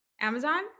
Amazon